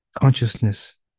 consciousness